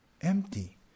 empty